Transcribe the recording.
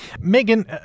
Megan